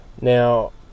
Now